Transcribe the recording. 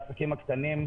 מבחינת העסקים הקטנים,